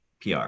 PR